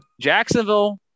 Jacksonville